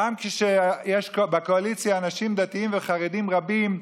גם כשיש בקואליציה אנשים דתיים וחרדים רבים,